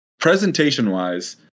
Presentation-wise